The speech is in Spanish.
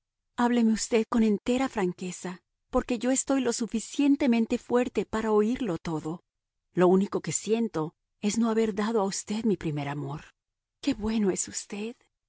hábleme usted con entera franqueza porque ya estoy lo suficientemente fuerte para oírlo todo lo único que siento es no haber dado a usted mi primer amor qué bueno es usted